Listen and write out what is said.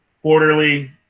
quarterly